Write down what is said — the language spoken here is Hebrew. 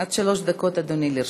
עד שלוש דקות, אדוני, לרשותך.